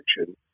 action